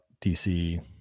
DC